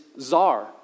czar